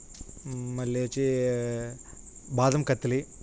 మళ్ళీ వచ్చి బాదం కత్తిలి